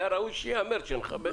היה ראוי שייאמר, שנכבד.